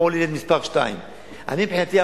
"הולילנד" מס' 2. מבחינתי,